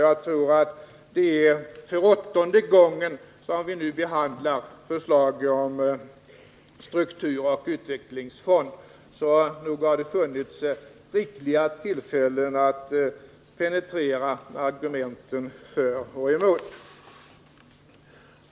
Jag tror att det är för åttonde gången som vi nu behandlar förslag om strukturoch utvecklingsfond. Så nog har det funnits rikliga tillfällen att penetrera argumenten för och emot!